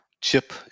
chip